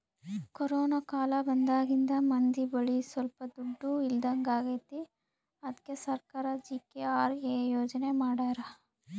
corona ಕಾಲ ಬಂದಾಗಿಂದ ಮಂದಿ ಬಳಿ ಸೊಲ್ಪ ದುಡ್ಡು ಇಲ್ದಂಗಾಗೈತಿ ಅದ್ಕೆ ಸರ್ಕಾರ ಜಿ.ಕೆ.ಆರ್.ಎ ಯೋಜನೆ ಮಾಡಾರ